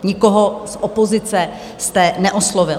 Nikoho z opozice jste neoslovil.